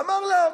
אמר לה: